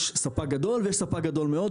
יש ספק גדול ויש ספק גדול מאוד.